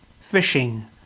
Fishing